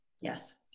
yes